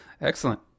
excellent